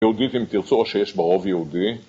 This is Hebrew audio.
יהודית אם תרצו או שיש ברוב יהודי